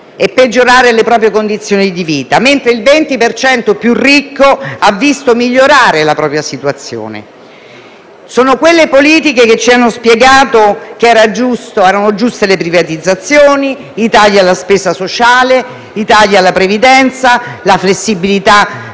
e peggiorare le proprie condizioni di vita, mentre il 20 per cento più ricco ha visto migliorare la propria situazione; sono quelle politiche che ci hanno spiegato che erano giuste le privatizzazioni, i tagli alla spesa sociale e alla previdenza, la flessibilità